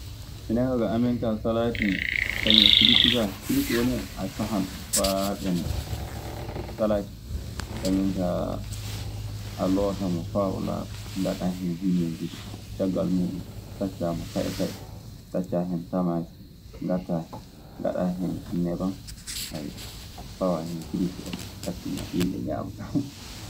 Minen kaa ga amen gaa salaati kañun e firiti kaa. Firiti woni a sahan ɗun faa ɓennda. Salaati, kañun kaa, a lootan o faa o laaɓa, ngaɗaa hen bineegiir, caggal muuɗun taccaamo taƴo taƴo, taccaa hen tamaate, ngaɗaa hen neban. pawaa hen firiti oo, ɓattinaa yimɓe ñaama.